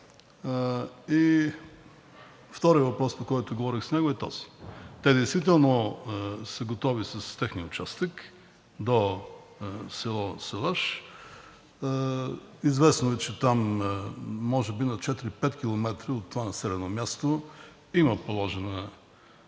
вторият въпрос, по който говорих с него, е този. Те действително са готови с техния участък до село Салаш. Известно е, че там, може би на 4 – 5 км от това населено място, има някакъв